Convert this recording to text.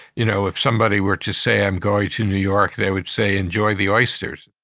you know, if somebody were to say, i'm going to new york. they would say, enjoy the oysters.